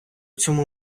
цьому